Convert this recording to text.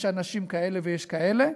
יש אנשים כאלה ויש כאלה,